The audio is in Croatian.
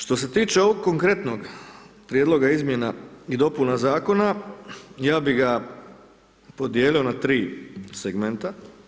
Što se tiče ovog konkretnog prijedloga izmjena i dopuna zakona, ja bi ga podijeli na tri segmenta.